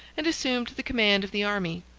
and assumed the command of the army.